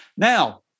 Now